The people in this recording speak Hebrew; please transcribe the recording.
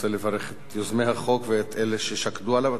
אני רוצה לברך את יוזמי החוק ואת אלה ששקדו עליו.